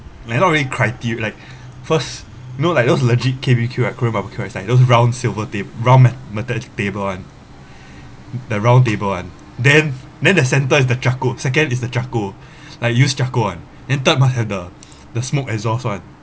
like not really criter~ like first know like those legit K_B_B_Q like korean barbecue is like those round silver thing round me~ metallic table one the round table one then then the centre is the charcoal second is the charcoal like use charcoal one then third must have the the smoke exhaust one